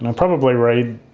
and probably read